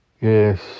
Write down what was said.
Yes